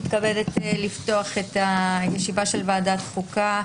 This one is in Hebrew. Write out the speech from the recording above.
אני מתכבדת לפתוח את ישיבת ועדת החוקה,